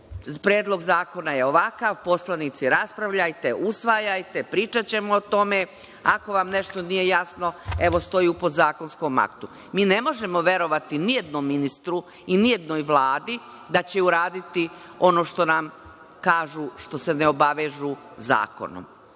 predlog zakona je ovakav, poslanici raspravljajte, usvajajte, pričaćemo o tome, ako vam nešto nije jasno, evo, stoji u podzakonskom aktu. Mi ne možemo verovati nijednom ministru i nijednoj vladi da će uraditi ono što nam kažu, što se ne obavežu zakonom,